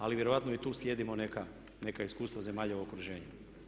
Ali vjerojatnom i tu slijedimo neka iskustva zemalja u okruženju.